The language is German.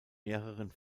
mehreren